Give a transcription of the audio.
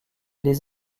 les